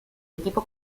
equipo